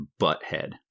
butthead